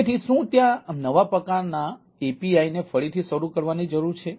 તેથી શું ત્યાં નવા પ્રકારના API ને ફરીથી શરૂ કરવાની જરૂર છે